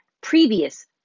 previous